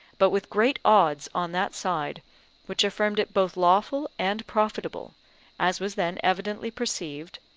but with great odds on that side which affirmed it both lawful and profitable as was then evidently perceived,